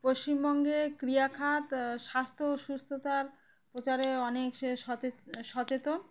পশ্চিমবঙ্গে ক্রিয়াখাত স্বাস্থ্য ও সুস্থতার প্রচারে অনেক সে স সচেতন